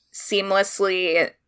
seamlessly